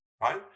right